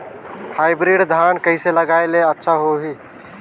Hybrid धान कइसे लगाय ले अच्छा होही?